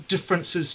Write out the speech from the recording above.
differences